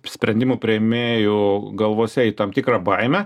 sprendimų priėmėjų galvose į tam tikrą baimę